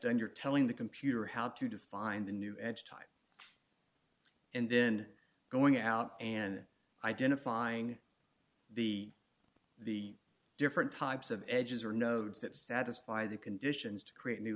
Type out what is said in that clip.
done you're telling the computer how to define the new edge type and then going out and identifying the the different types of edges or nodes that satisfy the conditions to create new